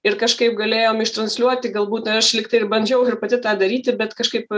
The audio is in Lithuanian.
ir kažkaip galėjom ištransliuoti galbūt na aš lygtai ir bandžiau ir pati tą daryti bet kažkaip